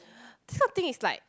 this kind of thing is like